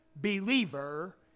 believer